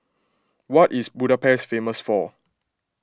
what is Budapest famous for